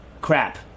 Crap